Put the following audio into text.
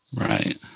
Right